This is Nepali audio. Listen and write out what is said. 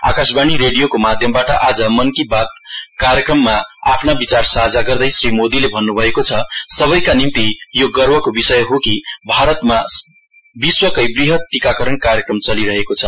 आकाशवाणी रेडियोको माध्यमबाट आज मन की बात कार्यक्रममा आफ्ना विचार साझा गर्दै श्री मोदीले भन्नुभएको छ सबैका निम्ति यो गर्वको विषय हो कि भारतमा विश्वकै वृहत टीकाकरण कार्यक्रम चलिरहेको छ